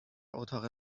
اتاق